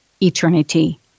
eternity